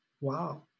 wow